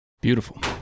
beautiful